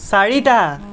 চাৰিটা